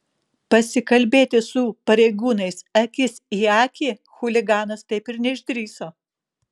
pasikalbėti su pareigūnais akis į akį chuliganas taip ir neišdrįso